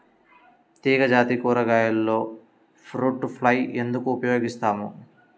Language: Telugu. తీగజాతి కూరగాయలలో ఫ్రూట్ ఫ్లై ఎందుకు ఉపయోగిస్తాము?